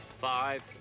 Five